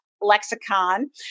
lexicon